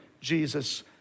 Jesus